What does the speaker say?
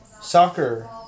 soccer